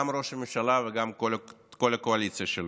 גם ראש הממשלה וגם כל הקואליציה שלו: